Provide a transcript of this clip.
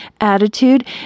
attitude